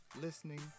listening